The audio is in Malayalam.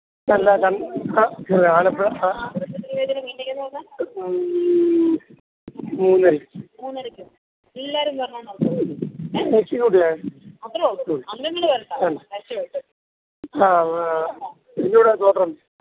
ചന്താ ചന് ആലപ്പുഴ ആഹ് ആഹ് ആഹ് എന്നൂടെ സോത്രം